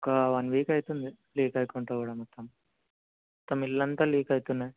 ఒక one week అయితుంది leak అవుకుంటు కూడా మొత్తము మొత్తం ఇల్లు అంతా లీక్ అవుతున్నాయి